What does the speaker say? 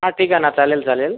हा ठीक आहे ना चालेल चालेल